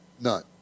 None